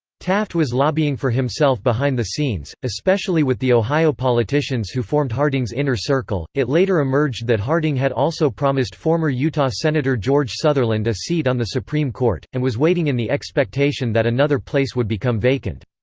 taft was lobbying for himself behind the scenes, especially with the ohio politicians politicians who formed harding's inner circle it later emerged that harding had also promised former utah senator george sutherland a seat on the supreme court, and was waiting in the expectation that another place would become vacant.